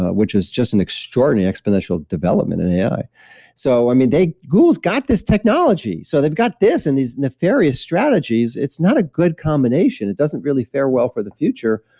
which is just an extraordinary exponential development in ai so i mean, google's got this technology so they've got this and these nefarious strategies, it's not a good combination. it doesn't really fare well for the future,